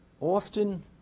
often